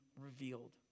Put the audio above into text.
revealed